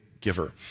giver